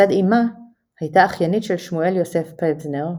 מצד אמה הייתה אחיינית של שמואל יוסף פבזנר,